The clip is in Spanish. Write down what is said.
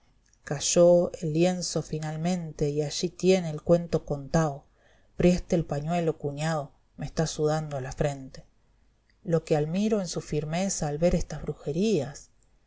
cayó bi lienzo finalmente y ahí tiene el cuento contao prieste el pañuelo cuñao me está sudando la frente lo que almiro es su firmeza al ver esas brujerías